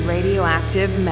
Radioactive